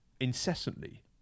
incessantly